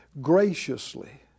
graciously